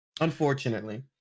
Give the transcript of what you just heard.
unfortunately